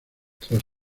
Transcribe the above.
tras